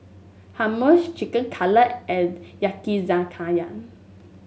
Hummus Chicken Cutlet and Yakizakana